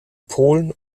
polen